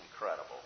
incredible